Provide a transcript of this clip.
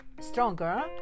stronger